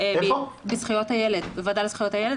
זה השירות הציבורי.